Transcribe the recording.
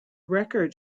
record